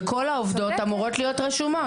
וכל העובדות אמורות להיות רשומות.